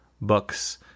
Books